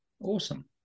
awesome